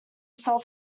self